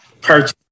purchase